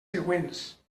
següents